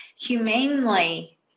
Humanely